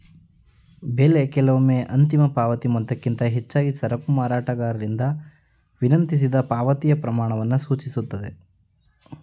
ಬೆಲೆ ಕೆಲವೊಮ್ಮೆ ಅಂತಿಮ ಪಾವತಿ ಮೊತ್ತಕ್ಕಿಂತ ಹೆಚ್ಚಾಗಿ ಸರಕು ಮಾರಾಟಗಾರರಿಂದ ವಿನಂತಿಸಿದ ಪಾವತಿಯ ಪ್ರಮಾಣವನ್ನು ಸೂಚಿಸುತ್ತೆ